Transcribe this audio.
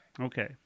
Okay